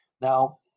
Now